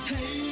Hey